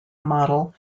model